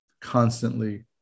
constantly